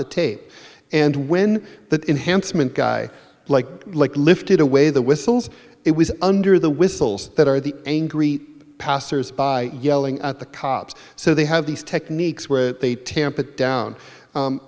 the tape and when that enhanced mint guy like like lifted away the whistles it was under the whistles that are the angry passers by yelling at the cops so they have these techniques where they tamp it down